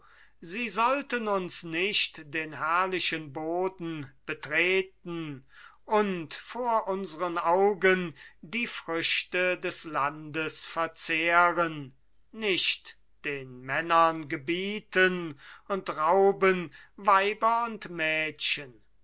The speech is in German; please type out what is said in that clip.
sie sollten uns nicht den herrlichen boden betreten und vor unseren augen die früchte des landes verzehren nicht den männern gebieten und rauben weiber und mädchen